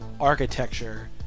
architecture